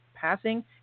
passing